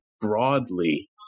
broadly